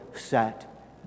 set